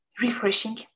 refreshing